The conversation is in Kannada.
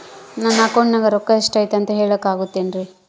ನನ್ನ ಅಕೌಂಟಿನ್ಯಾಗ ರೊಕ್ಕ ಎಷ್ಟು ಐತಿ ಅಂತ ಹೇಳಕ ಆಗುತ್ತೆನ್ರಿ?